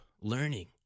learning